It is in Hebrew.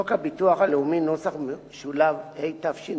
לוועדת הפנים והגנת הסביבה,